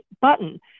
button